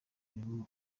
birimo